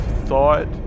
thought